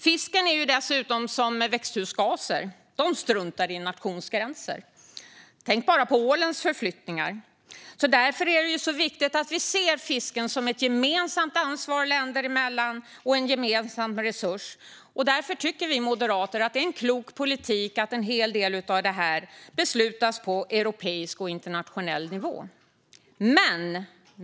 Fisk är dessutom som växthusgaser: De struntar i nationsgränser. Tänk bara på ålens förflyttningar. Därför är det viktigt att vi ser fisken som ett gemensamt ansvar länder emellan och en gemensam resurs. Därför tycker vi moderater att det är en klok politik att en hel del av detta beslutas på europeisk och internationell nivå.